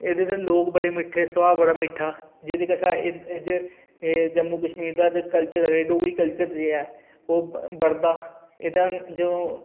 एह्दे लोग बड़े मिट्ठे ते स्भाऽ बड़ा मिट्ठा जेह्दे कशा जम्मू कशमीर दा डोगरी कल्चर जे ऐ ओह् बढ़दा एह्दा जो